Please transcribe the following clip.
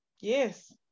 yes